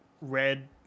red